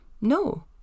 No